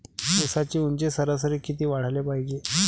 ऊसाची ऊंची सरासरी किती वाढाले पायजे?